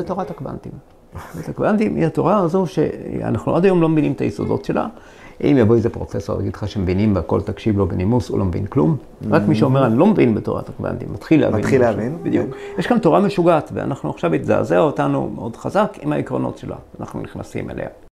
‫זה תורת הקוואנטים. ‫תורת הקוואנטים היא התורה הזו ‫שאנחנו עד היום לא מבינים ‫את היסודות שלה. ‫אם יבוא איזה פרופסור ויגיד לך ‫שהם מבינים והכול, ‫תקשיב לו בנימוס, ‫הוא לא מבין כלום. ‫רק מי שאומר, ‫אני לא מבין בתורת הקוואנטים, ‫מתחיל להבין. ‫-מתחיל להבין, בדיוק. ‫יש כאן תורה משוגעת, ‫ואנחנו עכשיו, ‫היא תזעזע אותנו מאוד חזק ‫עם העקרונות שלה. ‫אנחנו נכנסים אליה.